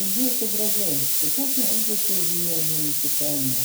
elgiuosi gražiai kitokio elgesio vyrai nenusipelno